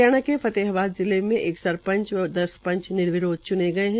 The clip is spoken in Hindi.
हरियाणा के फतेहाबाद जिले में एक सरपंच व दस पंच र्निविरोध च्ने गये है